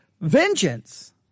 vengeance